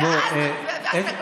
ואז את כל מה שקיים.